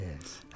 Yes